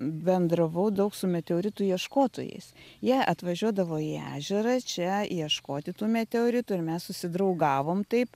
bendravau daug su meteoritų ieškotojais jie atvažiuodavo į ežerą čia ieškoti tų meteoritų ir mes susidraugavom taip